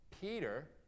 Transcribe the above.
Peter